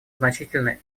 значительны